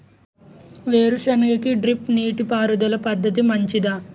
వేరుసెనగ కి డ్రిప్ నీటిపారుదల పద్ధతి మంచిదా?